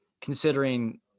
considering